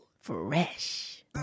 Fresh